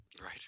right